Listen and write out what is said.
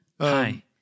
hi